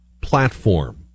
platform